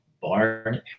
Barn